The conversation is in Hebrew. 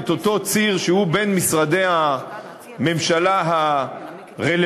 אותו ציר שהוא בין משרדי הממשלה הרלוונטיים,